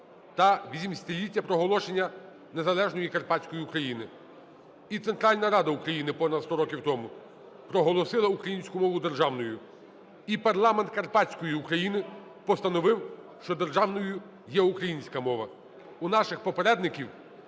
та 80-ліття проголошення незалежної Карпатської України. І Центральна Рада України понад 100 років тому проголосила українську мову державною, і парламент Карпатської України постановив, що державною є українська мова. У наших попередників